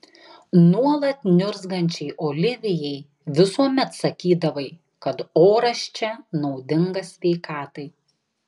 nuolat niurzgančiai olivijai visuomet sakydavai kad oras čia naudingas sveikatai